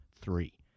three